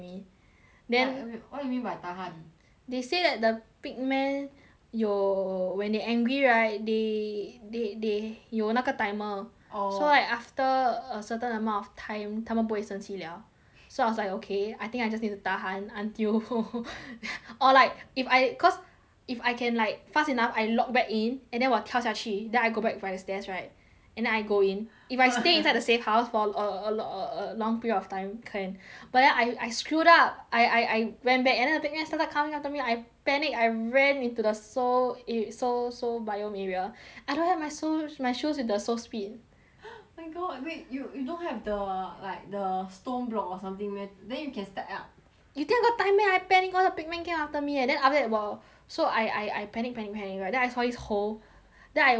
then wait what you mean by tahan they say that the pig man 有 when they angry right they they they 有那个 timer orh so like after a certain amount of time 他们不会生气了 so I was like okay I think I just need to tahan until or like if I cause if I can like fast enough I log back in and then 我跳下去 then I go back by stairs right and I go in if I stay inside the safe house for a a a long period of time can but then I I screwed up I I I went back and then the thing started coming after me I panic I ran into the soul eh soul soul biome area I don't have my soul my shoes in the soul speed my god wait you you don't have the like the stone block or something meh then you can stack up you think I got time meh I panic all the pig man came after me eh then after that 我 so I I I panic panic panic right then I saw this hole then I 我掉进去